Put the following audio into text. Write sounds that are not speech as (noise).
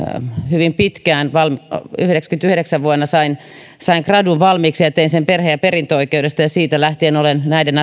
hyvin pitkään vuonna yhdeksänkymmentäyhdeksän sain gradun valmiiksi tein sen perhe ja perintöoikeudesta ja siitä lähtien olen näiden (unintelligible)